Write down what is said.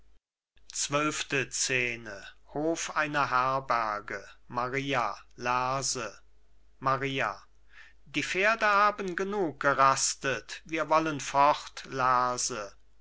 maria lerse maria die pferde haben genug gerastet wir wollen fort lerse